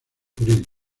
jurídico